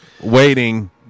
Waiting